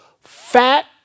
fat